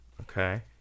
okay